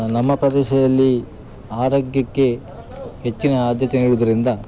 ನಮ್ಮ ಪ್ರದೇಶದಲ್ಲಿ ಆರೋಗ್ಯಕ್ಕೆ ಹೆಚ್ಚಿನ ಆದ್ಯತೆ ನೀಡುವುದ್ರಿಂದ